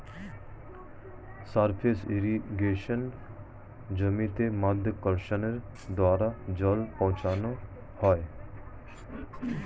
surface ইর্রিগেশনে জমিতে মাধ্যাকর্ষণের দ্বারা জল পৌঁছানো হয়